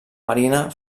marina